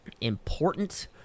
important